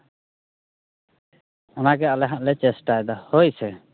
ᱚᱱᱟᱜᱮ ᱟᱞᱮ ᱦᱟᱸᱜᱞᱮ ᱪᱮᱥᱴᱟᱭᱫᱟ ᱦᱳᱭᱥᱮ